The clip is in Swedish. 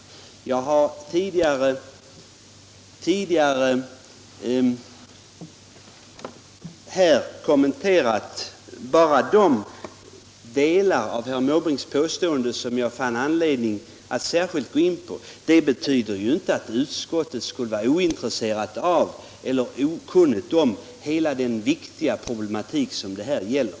Jag har förut bemött bara de delar av herr Måbrinks påståenden som jag fann anledning att särskilt gå in på, men det betyder inte att utskottet skulle vara ointresserat av eller okunnigt om hela den viktiga problematik som här föreligger.